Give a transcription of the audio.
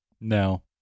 No